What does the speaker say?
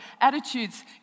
Attitudes